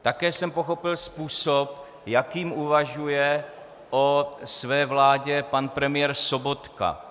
Také jsem pochopil způsob, jakým uvažuje o své vládě pan premiér Sobotka.